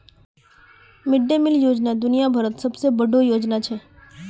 mid day meal योजना दुनिया भरत सबसे बोडो योजना छे